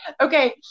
okay